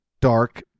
dark